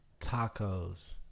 tacos